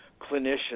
clinicians